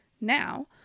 Now